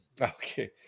Okay